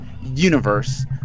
universe